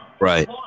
Right